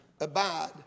abide